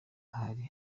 arahari